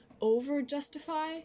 over-justify